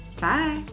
Bye